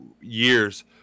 years